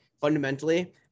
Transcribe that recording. fundamentally